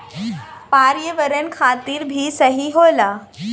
पर्यावरण खातिर भी सही होला